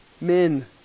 Men